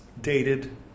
Dated